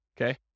okay